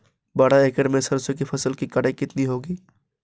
बारह एकड़ में सरसों की फसल की कटाई कितनी होगी?